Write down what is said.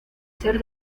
ser